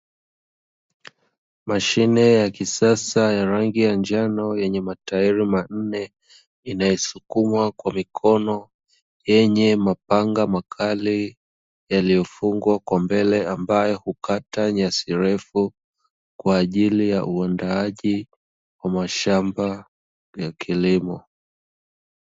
Mashine ya kisasa ya rangi ya njano yenye matairi manne, inayosukumwa kwa mikono, yenye mapanga makali yaliyofungwa kwa mbele ambayo hukata nyasi refu, kwa ajili ya uandaaji wa mashamba ya kilimo.